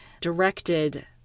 directed